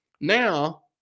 Now